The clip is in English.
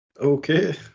Okay